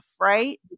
right